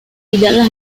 tidaklah